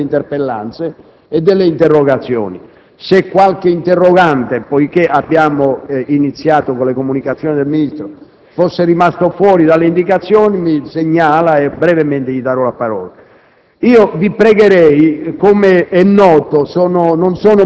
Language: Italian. Nella discussione generale sono iscritti i presentatori delle interpellanze e delle interrogazioni. Se qualche interrogante, poiché abbiamo iniziato con le comunicazioni del Ministro, fosse rimasto fuori dalle indicazioni, me lo può segnalare ed io gli darò brevemente